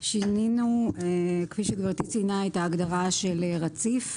שינינו את ההגדרה של רציף,